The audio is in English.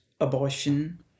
abortion